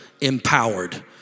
Empowered